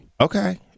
Okay